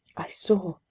i saw,